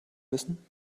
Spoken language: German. wissen